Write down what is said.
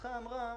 והנוסחה אמרה: